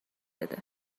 بده